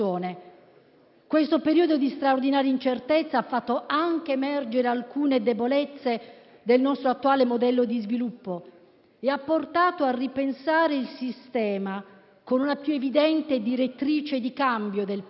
Questo periodo di straordinaria incertezza ha fatto anche emergere alcune debolezze del nostro attuale modello di sviluppo e ha portato a ripensare il sistema con una più evidente direttrice di cambio del Paese,